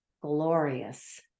glorious